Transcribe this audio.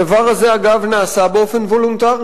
הדבר הזה, אגב, נעשה באופן וולונטרי.